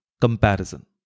Comparison